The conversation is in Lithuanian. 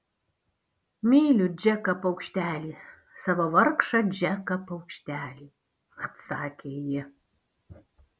myliu džeką paukštelį savo vargšą džeką paukštelį atsakė ji